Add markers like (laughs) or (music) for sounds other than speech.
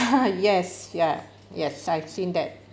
(laughs) yes ya yes I've seen that